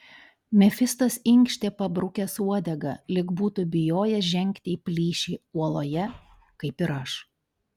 mefistas inkštė pabrukęs uodegą lyg būtų bijojęs žengti į plyšį uoloje kaip ir aš